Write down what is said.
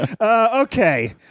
Okay